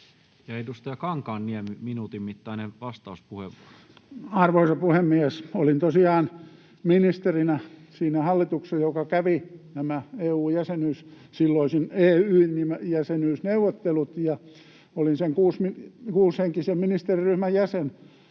EU:n elpymispakettiin Time: 20:35 Content: Arvoisa puhemies! Olin tosiaan ministerinä siinä hallituksessa, joka kävi nämä EU:n, silloisen EY:n, jäsenyysneuvottelut, ja olin sen kuusihenkisen ministeriryhmän jäsen,